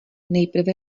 nejprve